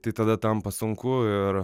tai tada tampa sunku ir